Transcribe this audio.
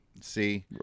See